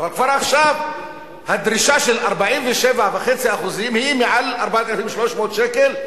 אבל כבר עכשיו הדרישה של 47.5% היא מעל 4,300 שקל,